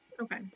Okay